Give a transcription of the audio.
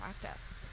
practice